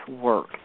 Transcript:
work